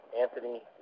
Anthony